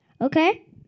Okay